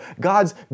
God's